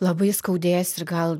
labai skaudės ir gal